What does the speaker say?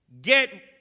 get